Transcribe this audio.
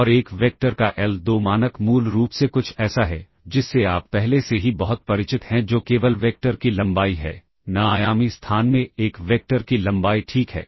और एक वेक्टर का l2 मानक मूल रूप से कुछ ऐसा है जिससे आप पहले से ही बहुत परिचित हैं जो केवल वेक्टर की लंबाई है n आयामी स्थान में एक वेक्टर की लंबाई ठीक है